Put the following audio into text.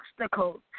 obstacles